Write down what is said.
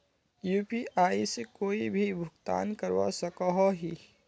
UPI से कोई भी भुगतान करवा सकोहो ही?